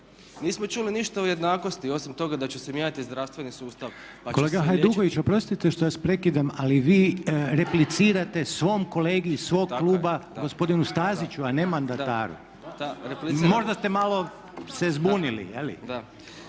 Nismo čuli ništa o jednakosti osim toga da će se mijenjati zdravstveni sustav pa će se… **Reiner, Željko (HDZ)** Kolega Hajduković, oprostite što vas prekidam ali vi replicirate svom kolegi iz svoga kluba gospodinu Staziću, a ne mandataru. Možda ste malo se zbunili.